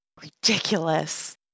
Ridiculous